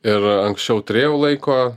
ir anksčiau turėjau laiko